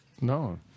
No